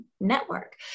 network